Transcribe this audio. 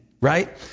Right